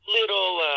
little